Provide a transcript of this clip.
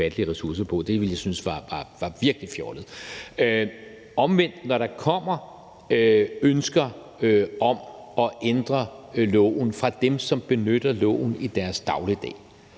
ufattelige ressourcer på. Det ville jeg synes var virkelig fjollet. Er det sådan, at der kommer ønsker om at ændre loven fra dem, som benytter loven i deres dagligdag,